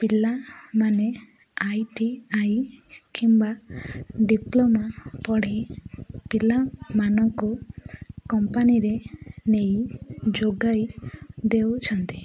ପିଲାମାନେ I T I କିମ୍ବା diploma ପଢ଼ି ପିଲାମାନଙ୍କୁ କମ୍ପାନୀରେ ନେଇ ଯୋଗାଇ ଦେଉଛନ୍ତି